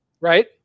right